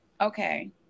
Okay